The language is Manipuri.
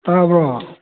ꯇꯥꯔꯕꯣ